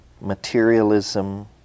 materialism